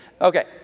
Okay